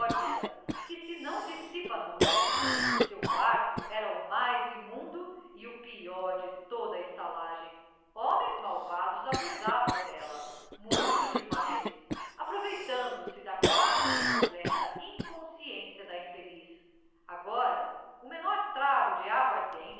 mórbida que se não dissipa nunca o seu quarto era o mais imundo e o pior de toda a estalagem homens malvados abusavam dela muitos de uma vez aproveitando-se da quase completa inconsciência da infeliz agora o menor trago de aguardente